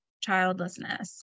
childlessness